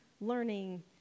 learning